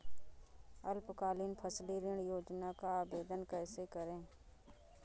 अल्पकालीन फसली ऋण योजना का आवेदन कैसे करें?